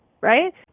right